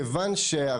חששו מכך.